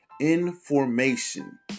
Information